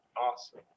Awesome